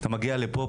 ואתה מגיע לפה,